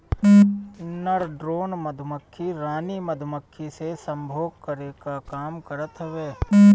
नर ड्रोन मधुमक्खी रानी मधुमक्खी से सम्भोग करे कअ काम करत हवे